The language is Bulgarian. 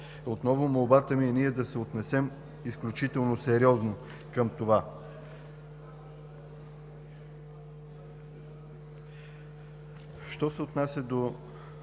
отново молбата ми е ние да се отнесем изключително сериозно към това. Що се отнася до